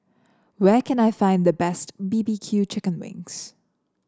where can I find the best B B Q Chicken Wings